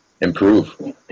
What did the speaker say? improve